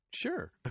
Sure